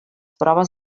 proves